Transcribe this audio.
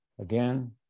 again